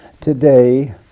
Today